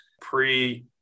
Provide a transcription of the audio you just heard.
pre